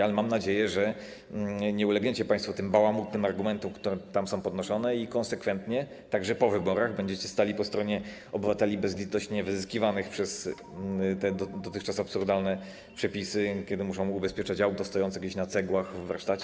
Ale mam nadzieję, że nie ulegniecie państwo tym bałamutnym argumentom, które tam są podnoszone, i konsekwentnie, także po wyborach, będziecie stali po stronie obywateli bezlitośnie wyzyskiwanych przez te dotychczas absurdalne przepisy, kiedy trzeba ubezpieczać auto stojące gdzieś na cegłach w warsztacie.